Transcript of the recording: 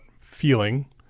feeling